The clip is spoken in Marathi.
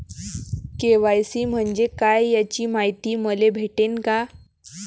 के.वाय.सी म्हंजे काय याची मायती मले भेटन का?